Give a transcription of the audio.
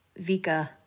Vika